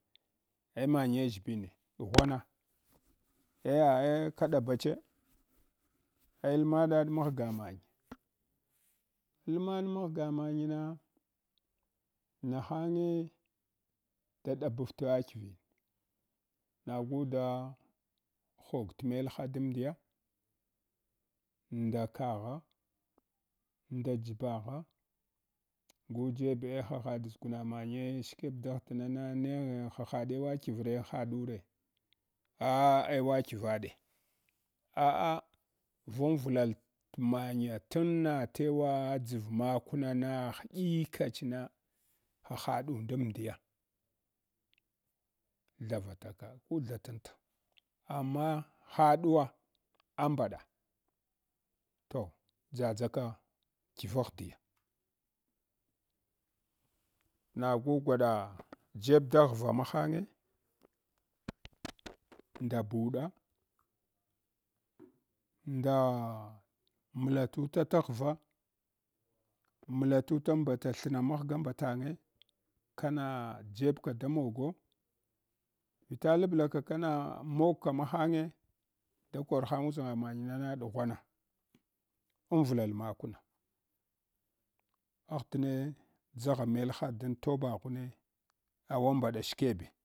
Eh manye ʒshibine ɗughwana aya eh kaɗabache ai almanaɗ maghga manya alman maghga manyena, nahanye da ɗabaf tava dkuine nagu da hogtmelha damdiya nda kagha, nda jibagha gujebe hahaɗ ʒuguna manyene shikeh dahdinana neh hahaɗe eva dkivae hadu re? Ah ewakiva de, ah ah vanwudal tmainye tuna taw dʒve makunana hɗikachna hahadund amdiya tharataka ku thalanta. Amma hadu wa ambaɗa toh dʒaɗʒa kivegh abiye nagu gwaɗa jeb da ghva mahinye nda buɗa, nda mlatuta mbata thna maghga batanye kana jabka damoge vita lablaka kana magka mahanye dakorhang uʒanga man yimnana ɗughwana anvlal makuna ahdine dʒagha melha dan tobaghune awabada shkebe.